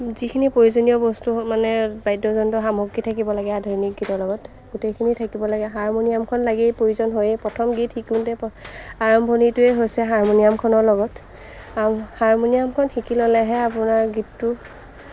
যিখিনি প্ৰয়োজনীয় বস্তু মানে বাদ্যযন্ত্ৰ সামগ্ৰী থাকিব লাগে আধুনিক গীতৰ লগত গোটেইখিনিে থাকিব লাগে হাৰমনিয়ামখন লাগেই প্ৰয়োজন হয়েই প্ৰথম গীত শিকোঁতে আৰম্ভণিটোৱেই হৈছে হাৰমনিয়ামখনৰ লগত হাৰমনিয়ামখন শিকি ল'লেহে আপোনাৰ গীতটো